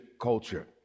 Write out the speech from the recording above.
culture